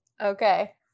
Okay